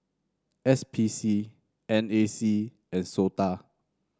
S P C N A C and SOTA